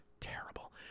terrible